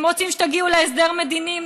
הם רוצים שתגיעו להסדר מדיני.